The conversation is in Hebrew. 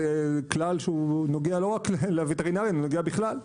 זה כלל שהוא נוגע לא רק לווטרינרים אלא נוגע בכלל,